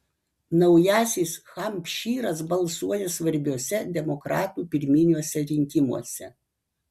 naujasis hampšyras balsuoja svarbiuose demokratų pirminiuose rinkimuose